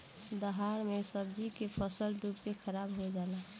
दहाड़ मे सब्जी के फसल डूब के खाराब हो जला